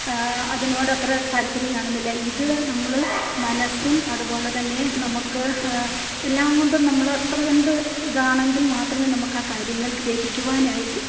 അതിനോടത്ര താല്പര്യം കാണുന്നില്ല ഇത് നമ്മള് മനസ്സും അതുപോലെ തന്നെ നമുക്ക് എല്ലാം കൊണ്ടും നമ്മളത്ര കണ്ട് ഇതാണെങ്കിൽ മാത്രമേ നമുക്ക് ആ കാര്യങ്ങൾ ഗ്രഹിക്കുവാനായിട്ട്